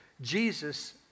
Jesus